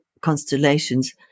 constellations